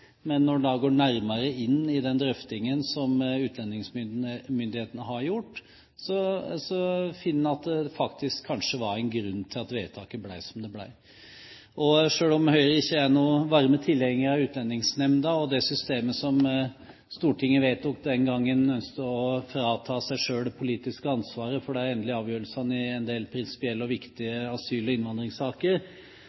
men når en går nærmere inn i den drøftingen som utlendingsmyndighetene har gjort, finner en at det faktisk kanskje var en grunn til at vedtaket ble som det ble. Selv om Høyre ikke er noen varm tilhenger av Utlendingsnemnda og det systemet som Stortinget vedtok den gang, å frata seg selv det politiske ansvaret for de endelige avgjørelsene i en del prinsipielle og viktige